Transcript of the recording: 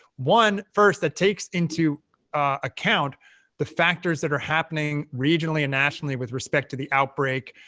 one, first, that takes into account the factors that are happening regionally and nationally with respect to the outbreak,